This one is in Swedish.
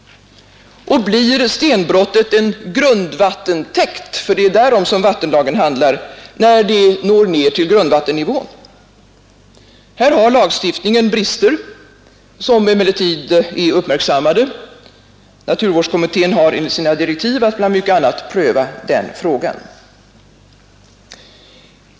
Och blir stenbrottet en grundvattentäkt — det är därom vattenlagen handlar — när det når ned till grundvattennivån? Här har lagstiftningen brister, som emellertid är uppmärksammade; naturvårdskommittén har enligt sina direktiv att bland mycket annat pröva denna fråga.